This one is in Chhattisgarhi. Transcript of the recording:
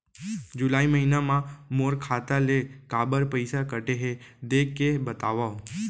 जुलाई महीना मा मोर खाता ले काबर पइसा कटे हे, देख के बतावव?